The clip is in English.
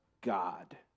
God